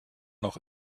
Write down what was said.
noch